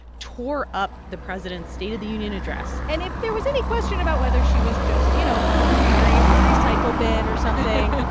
tore up the president's state of the union address and if there was any question about whether she was just you know, preparing it for a recycle bin or something.